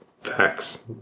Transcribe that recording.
facts